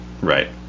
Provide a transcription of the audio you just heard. Right